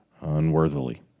unworthily